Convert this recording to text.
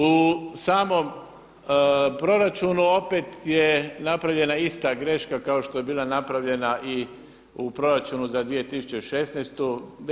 U samom proračunu opet je napravljena ista greška kao što je bila napravljena i u proračunu za 2016. godinu.